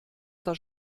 das